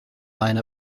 line